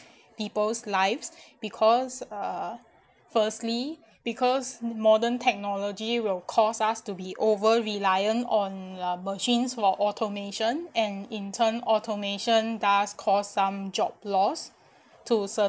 people's lives because uh firstly because modern technology will cause us to be over reliant on lah machines for automation and in turn automation does cause some job loss to